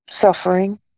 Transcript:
suffering